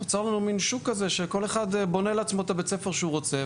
נוצר לנו מן שוק כזה שכל אחד בונה לעצמו את בית הספר שהוא רוצה,